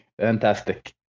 Fantastic